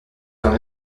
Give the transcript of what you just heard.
quand